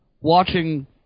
watching